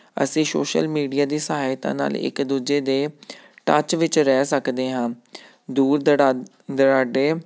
ਅਸੀਂ social media ਦੀ ਸਹਾਇਤਾ ਨਾਲ ਇੱਕ ਦੂਜੇ ਦੇ ਟੱਚ ਵਿੱਚ ਰਹਿ ਸਕਦੇ ਹਾਂ ਦੂਰ ਦੜਾ ਦਰਾਡੇ